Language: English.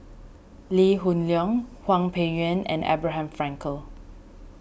Lee Hoon Leong Hwang Peng Yuan and Abraham Frankel